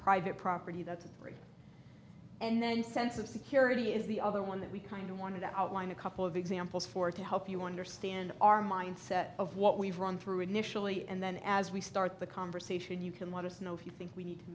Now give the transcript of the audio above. private property that's a three and then a sense of security is the other one that we kind of want to outline a couple of examples for to help you understand our mindset of what we've run through initially and then as we start the conversation you can let us know if you think we need